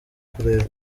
kureba